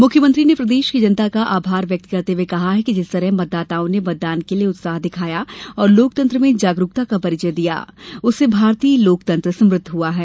मुख्यमंत्री ने प्रदेश की जनता का आमार व्यक्त करते हुए कहा कि जिस तरह मतदाताओं ने मतदान के लिए उत्साह दिखाया और लोकतंत्र में जागरुकता का परिचय दिया उससे भारतीय लोकतंत्र समृद्ध हुआ है